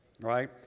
right